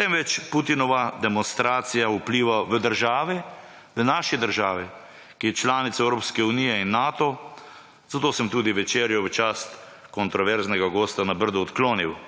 temveč Putinova demonstracija vpliva v države, današnje države, ki je članica Evropske unije in Nato, zato sem tudi večerjo v čast kontroverznega gosta na Brdu odklonil.